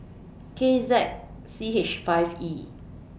K Z C H five E